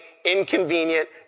inconvenient